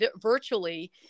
virtually